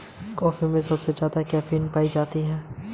मैंने अपने घर का उपयोग ऋण संपार्श्विक के रूप में किया है